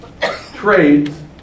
trades